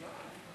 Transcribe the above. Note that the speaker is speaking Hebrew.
מי מציג?